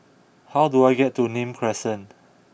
how do I get to Nim Crescent